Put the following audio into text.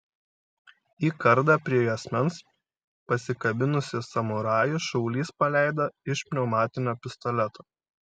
į kardą prie juosmens pasikabinusį samurajų šaulys paleido iš pneumatinio pistoleto